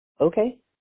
Okay